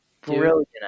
brilliant